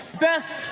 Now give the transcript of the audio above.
Best